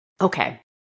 Okay